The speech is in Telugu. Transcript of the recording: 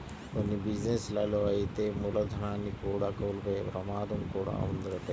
కొన్ని బిజినెస్ లలో అయితే మూలధనాన్ని కూడా కోల్పోయే ప్రమాదం కూడా వుంటది